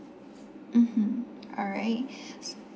mmhmm alright